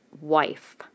wife